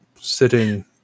sitting